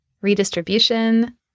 redistribution